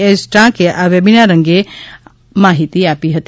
H ટાંકે આ webinar અંગે માહિતી આપી હતી